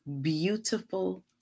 beautiful